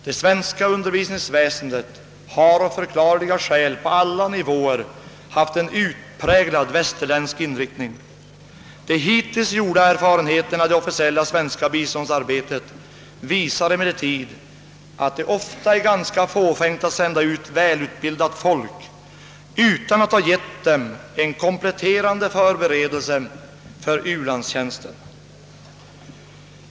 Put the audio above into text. Det svenska undervisningsväsendet har av förklarliga skäl på alla nivåer haft en utpräglat västerländsk inriktning. De hittills gjorda erfarenheterna av det officiella svenska biståndsarbetet visar emellertid, att det ofta är ganska fåfängt att sända ut välutbildat folk utan att ha gett dem en kompletterande förberedelse för u-landstjänsten.